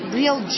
real